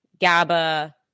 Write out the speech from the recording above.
GABA